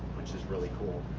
which is really cool.